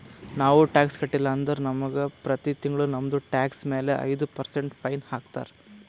ನಾವು ಟ್ಯಾಕ್ಸ್ ಕಟ್ಟಿಲ್ಲ ಅಂದುರ್ ನಮುಗ ಪ್ರತಿ ತಿಂಗುಳ ನಮ್ದು ಟ್ಯಾಕ್ಸ್ ಮ್ಯಾಲ ಐಯ್ದ ಪರ್ಸೆಂಟ್ ಫೈನ್ ಹಾಕ್ತಾರ್